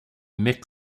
mixed